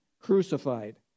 crucified